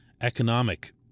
economic